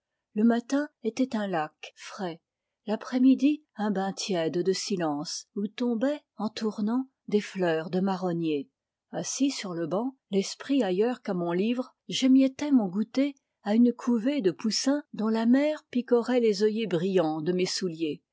le matin était un lac frais l'après midi un bain tiède de silence où tombaient en tournant des fleurs de marronniers assis sur le banc l'esprit ailleurs qu'à mon livre j'émiettais mon goûter à une couvée de poussins dont la mère picorait les œillets brillants de mes souliers